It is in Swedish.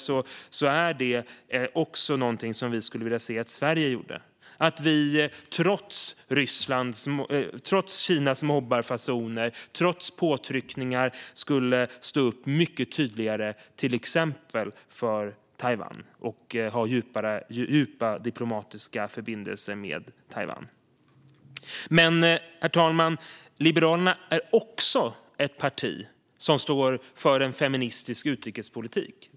Det är något som vi liberaler skulle vilja att också Sverige gjorde, att vi trots Kinas mobbarfasoner och trots påtryckningar stod upp mycket tydligare för och hade djupa diplomatiska förbindelser med till exempel Taiwan. Herr talman! Liberalerna är dock ett parti som även står för en feministisk utrikespolitik.